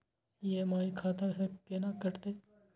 EMI खाता से केना कटते?